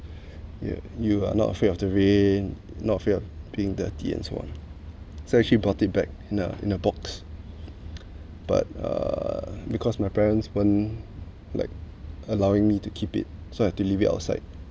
yeah you are not afraid of the rain not afraid of being dirty and so on so actually brought it back in a in a box but uh because my parents won't like allowing me to keep it so I had to leave it outside